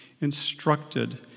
instructed